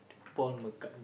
Paul-McCartney